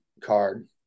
card